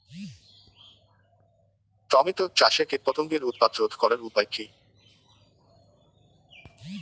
Tomato চাষে কীটপতঙ্গের উৎপাত রোধ করার উপায় কী?